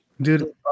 Dude